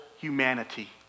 humanity